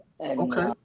okay